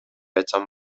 айтсам